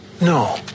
No